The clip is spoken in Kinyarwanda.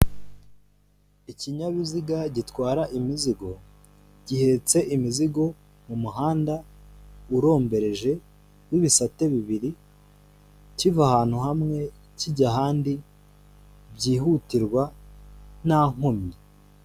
Ikinyabiziga gitwara imizigo gihetse imizigo mu muhanda urombereje w'ibisate bibiri kiva ahantu hamwe kijya ahandi byihutirwa ntankomyi.